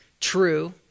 true